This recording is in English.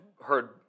heard